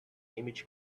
image